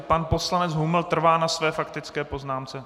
Pan poslanec Huml trvá na své faktické poznámce?